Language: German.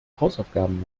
hausaufgaben